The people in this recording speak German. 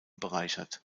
bereichert